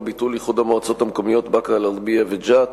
(ביטול איחוד המועצות המקומיות באקה-אל-ע'רביה וג'ת),